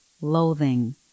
loathing